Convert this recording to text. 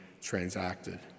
transacted